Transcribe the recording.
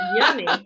yummy